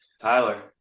Tyler